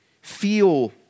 feel